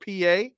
PA